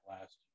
last